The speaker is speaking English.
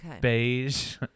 beige